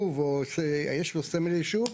יש לו סמל ישוב.